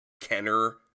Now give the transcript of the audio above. Kenner